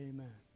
Amen